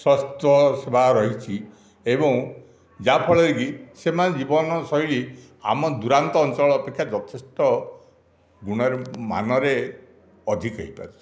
ସ୍ବାସ୍ଥ୍ୟସେବା ରହିଛି ଏବଂ ଯାହାଫଳରେ କି ସେମାନେ ଜୀବନ ଶୈଳୀ ଆମ ଦୂରାନ୍ତ ଅଞ୍ଚଳ ଅପେକ୍ଷା ଯଥେଷ୍ଟ ଗୁଣରେ ମାନରେ ଅଧିକ ହୋଇ ପାରିଛି